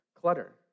clutter